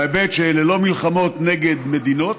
בהיבט שאלה לא מלחמות נגד מדינות,